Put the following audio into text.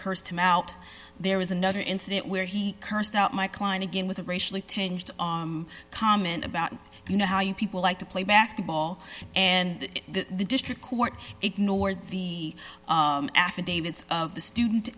cursed him out there was another incident where he cursed out my client again with a racially tinge to a comment about you know how you people like to play basketball and the district court ignored the affidavits of the student